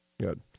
Good